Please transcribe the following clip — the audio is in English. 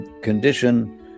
condition